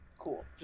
Cool